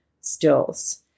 stills